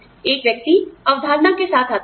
एक व्यक्ति अवधारणा के साथ आता है